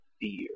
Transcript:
fear